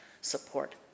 support